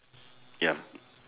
ya